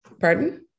pardon